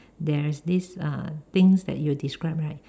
there is this uh things that you describe right